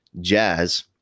jazz